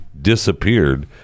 disappeared